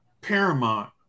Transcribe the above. Paramount